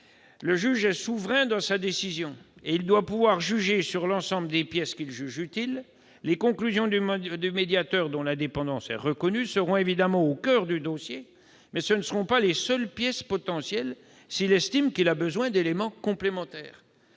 Le juge est souverain dans sa décision. Il doit pouvoir juger sur l'ensemble des pièces qui lui semblent utiles. Les conclusions du médiateur, dont l'indépendance est reconnue, seront évidemment au coeur du dossier, mais ce ne seront pas les seules pièces potentielles si le juge estime qu'il a besoin d'éléments complémentaires.